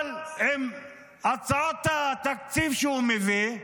אבל עם הצעת התקציב שהוא מביא,